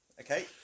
Okay